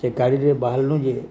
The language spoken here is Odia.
ସେ ଗାଡ଼ିରୁ ବାହାରିଲୁ ଯେ